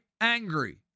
angry